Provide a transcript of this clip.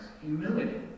humility